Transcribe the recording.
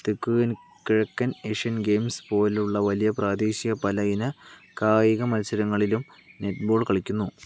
തെക്കുകിന് കെഴക്കൻ Asian Games പോലുള്ള വലിയ പ്രാദേശിക പല ഇന കായിക മത്സരങ്ങളിലും നെറ്റ്ബോൾ കളിക്കുന്നു